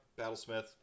Battlesmith